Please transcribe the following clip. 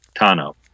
Tano